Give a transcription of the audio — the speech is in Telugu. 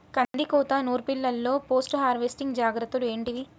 కందికోత నుర్పిల్లలో పోస్ట్ హార్వెస్టింగ్ జాగ్రత్తలు ఏంటివి?